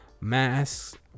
masks